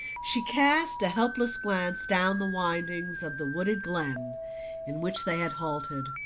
she cast a helpless glance down the windings of the wooded glen in which they had halted.